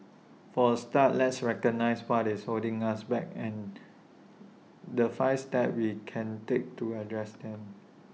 for A start let's recognize what's holding us back and the five steps we can take to address them